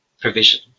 provision